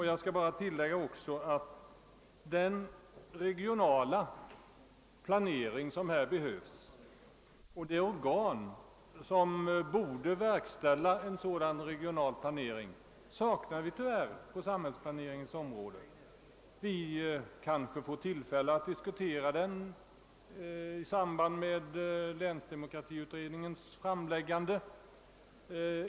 Jag skall bara tillägga att den regionala planering som härvidlag behövs och det organ, som borde verkställa en sådan, tyvärr saknas på samhällsplaneringens område. Vi kanske får tillfälle att diskutera detta spörsmål i samband med länsdemokratiutredningens framläggande.